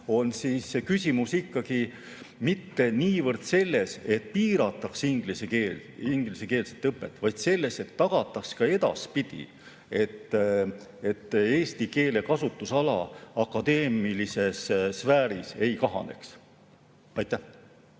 on see küsimus ikkagi mitte niivõrd selles, et piiratakse ingliskeelset õpet, vaid selles, et tagataks ka edaspidi, et eesti keele kasutusala akadeemilises sfääris ei kahaneks.